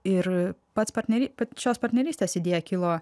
ir pats partnery pačios partnerystės idėja kilo